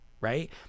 right